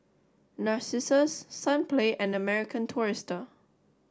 Narcissus Sunplay and American Tourister